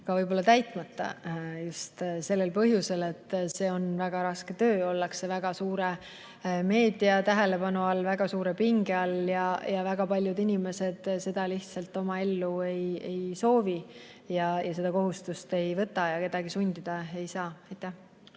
positsioonid täitmata just sellel põhjusel, et see on väga raske töö. Ollakse väga suure meedia tähelepanu all, väga suure pinge all ja väga paljud inimesed seda lihtsalt oma ellu ei soovi, seda kohustust ei võta. Ja kedagi sundida ei saa.